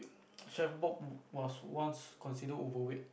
chef book was once considered overweight